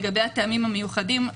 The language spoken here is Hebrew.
לגבי הטעמים המיוחדים.